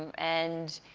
and